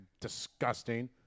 disgusting